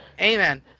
Amen